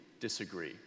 disagree